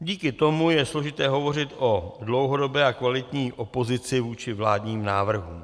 Díky tomu je složité hovořit o dlouhodobé a kvalitní opozici vůči vládním návrhům.